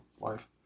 life